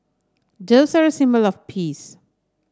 doves are a symbol of peace